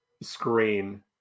screen